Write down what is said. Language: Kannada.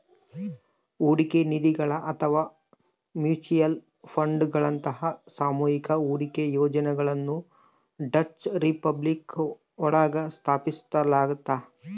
ಹೂಡಿಕೆ ನಿಧಿಗಳು ಅಥವಾ ಮ್ಯೂಚುಯಲ್ ಫಂಡ್ಗಳಂತಹ ಸಾಮೂಹಿಕ ಹೂಡಿಕೆ ಯೋಜನೆಗಳನ್ನ ಡಚ್ ರಿಪಬ್ಲಿಕ್ ಒಳಗ ಸ್ಥಾಪಿಸಲಾಯ್ತು